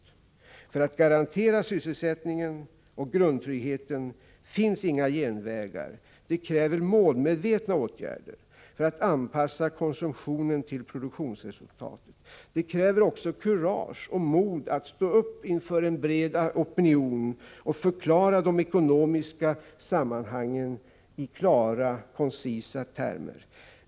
Vill man garantera sysselsättningen och grundtryggheten finns inga genvägar. Det krävs målmedvetna åtgärder för att anpassa konsumtionen till produktionsresultatet. Det krävs även kurage och mod att stå upp inför en bred opinion och förklara de ekonomiska sammanhangen i klara koncisa termer.